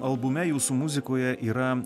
albume jūsų muzikoje yra